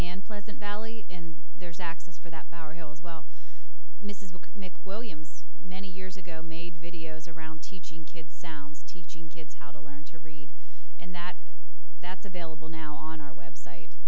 and pleasant valley and there's access for that power here as well mrs will make williams many years ago made videos around teaching kids sounds teaching kids how to learn to read and that that's available now on our website